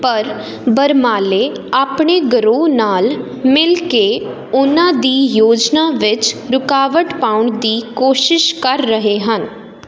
ਪਰ ਬਰਮਾਲੇ ਆਪਣੇ ਗਰੋਹ ਨਾਲ ਮਿਲ ਕੇ ਉਨ੍ਹਾਂ ਦੀ ਯੋਜਨਾ ਵਿੱਚ ਰੁਕਾਵਟ ਪਾਉਣ ਦੀ ਕੋਸ਼ਿਸ਼ ਕਰ ਰਹੇ ਹਨ